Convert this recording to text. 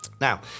Now